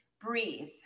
breathe